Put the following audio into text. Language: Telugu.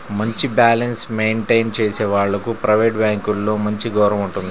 మంచి బ్యాలెన్స్ మెయింటేన్ చేసే వాళ్లకు ప్రైవేట్ బ్యాంకులలో మంచి గౌరవం ఉంటుంది